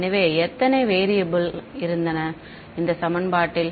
எனவே எத்தனை வேரியபெல்கள் இருந்தன இந்த சமன்பாட்டில்